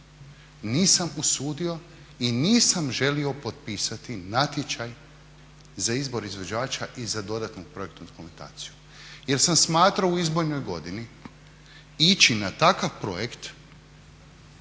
nisam usudio i nisam želio potpisati natječaj za izbor izvođača i za dodatnu projektnu dokumentaciju. Jer sam smatrao u izbornoj godini ići na takav projekt